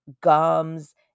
gums